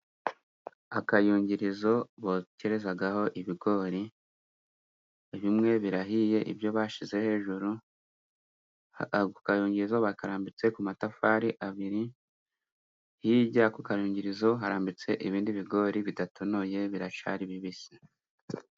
Akayungirizo bokerezaho ibigori. Bimwe birahiye ibyo bashyize hejuru. Akayungirizo karambitse ku matafari abiri. Hirya y'akayungirizo harambitse ibindi bigori bidatonoye, biracyari bibisi.